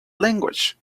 language